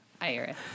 Iris